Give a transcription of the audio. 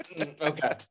Okay